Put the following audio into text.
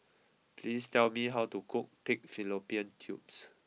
please tell me how to cook Pig Fallopian Tubes